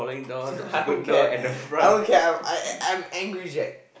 I don't care I don't care I I I'm angry Jack